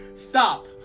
Stop